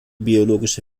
biologische